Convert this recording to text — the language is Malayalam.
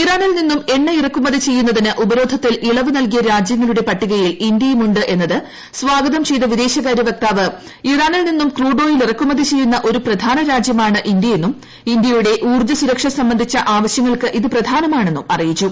ഇറാനിൽ നിന്നും എണ്ണ ഇറക്കുമതി ചെയ്യുന്നതിന് ഉപരോധത്തിൽ ഇളവ് നല്കിയ രാജ്യങ്ങളുടെ പട്ടികയിൽ ഇന്ത്യും ഉണ്ട് എന്നത് സ്വാഗതം ചെയ്ത വിദേശകാര്യ വക്താവ് ഇറാനിൽ നിന്നും ക്രൂഡ്ഓയിൽ ഇറക്കുമതി ചെയ്യുന്ന ഒരു പ്രധാന രാജ്യമാണ് ഇന്ത്യയെന്നും ഇന്ത്യയുടെ ഊർജ്ജ സുരക്ഷ സംബന്ധിതച്ച ആവശ്യങ്ങൾക്ക് ഇത് പ്രധാനമാണെന്നും അറിയിച്ചു